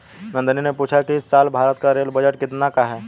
नंदनी ने पूछा कि इस साल भारत का रेल बजट कितने का है?